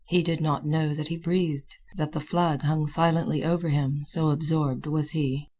he did not know that he breathed that the flag hung silently over him, so absorbed was he.